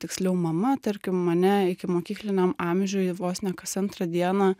tiksliau mama tarkim mane ikimokykliniam amžiuj vos ne kas antrą dieną